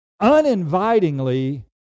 uninvitingly